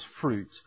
fruit